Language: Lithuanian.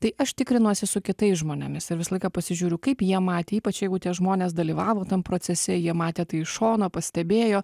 tai aš tikrinuosi su kitais žmonėmis ir visą laiką pasižiūriu kaip jie matė ypač jeigu tie žmonės dalyvavo tam procese jie matė tai iš šono pastebėjo